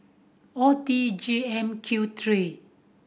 O T G M Q three